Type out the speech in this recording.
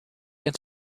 into